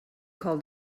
call